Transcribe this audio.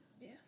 Yes